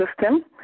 system